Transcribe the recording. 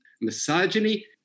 misogyny